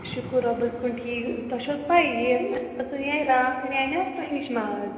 شُکُر رۄبس کُن ٹھیٖک تۄہہِ چھُو حظ پاے یہِ أناے راتھ أناے نَہ اسہِ تۄہہِ نِش ماز